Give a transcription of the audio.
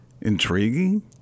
intriguing